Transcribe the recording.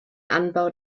anbau